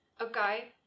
Okay